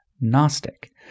Gnostic